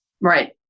Right